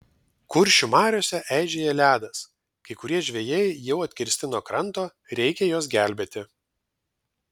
kuršių mariose eižėja ledas kai kurie žvejai jau atkirsti nuo kranto reikia juos gelbėti